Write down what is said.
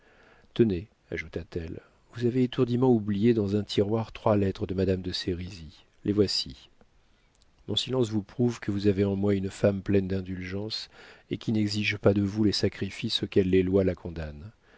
tenez ajouta-t-elle vous avez étourdiment oublié dans un tiroir trois lettres de madame de sérizy les voici mon silence vous prouve que vous avez en moi une femme pleine d'indulgence et qui n'exige pas de vous les sacrifices auxquels les lois la condamnent